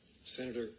Senator